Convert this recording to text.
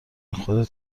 خودت